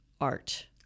art